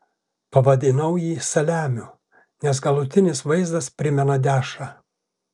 pavadinau jį saliamiu nes galutinis vaizdas primena dešrą